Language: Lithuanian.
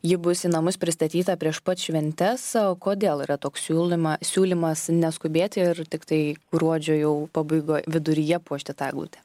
ji bus į namus pristatyta prieš pat šventes o kodėl yra toks siūlyma siūlymas neskubėti ir tiktai gruodžio jau pabaigoj viduryje puošti tą eglutę